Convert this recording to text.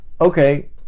Okay